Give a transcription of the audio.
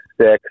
six